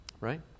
right